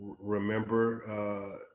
remember